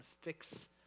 fix